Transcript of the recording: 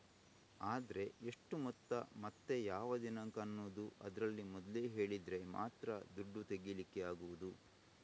ಆದ್ರೆ ಎಷ್ಟು ಮೊತ್ತ ಮತ್ತೆ ಯಾವ ದಿನಾಂಕ ಅನ್ನುದು ಅದ್ರಲ್ಲಿ ಮೊದ್ಲೇ ಹೇಳಿದ್ರೆ ಮಾತ್ರ ದುಡ್ಡು ತೆಗೀಲಿಕ್ಕೆ ಆಗುದು